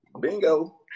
Bingo